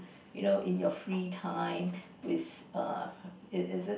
you know in your free time with err is it